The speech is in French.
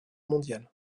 mondiale